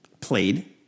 played